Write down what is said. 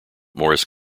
morris